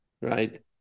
Right